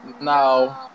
no